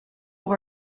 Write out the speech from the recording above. pour